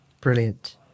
Brilliant